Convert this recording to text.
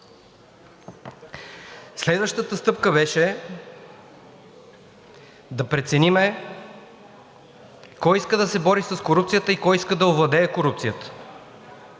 Следващата стъпка беше да преценим кой иска да се бори с корупцията и кой иска да овладее корупцията,